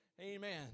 Amen